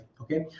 Okay